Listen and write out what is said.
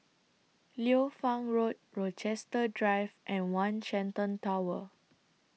Liu Fang Road Rochester Drive and one Shenton Tower